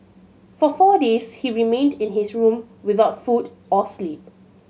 for four days he remained in his room without food or sleep